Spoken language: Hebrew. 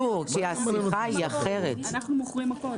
אני אעביר את החוק הזה.